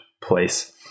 place